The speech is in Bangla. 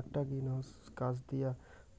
আকটা গ্রিনহাউস কাচ দিয়া